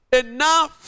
enough